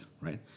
right